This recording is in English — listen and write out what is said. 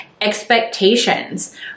Expectations